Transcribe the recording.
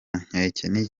nkeke